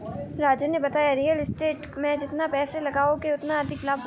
राजू ने बताया real estate में जितना पैसे लगाओगे उतना अधिक लाभ होगा